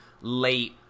late